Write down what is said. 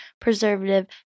preservative